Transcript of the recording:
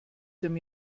dem